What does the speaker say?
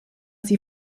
sie